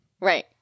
Right